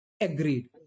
Agreed